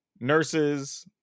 nurses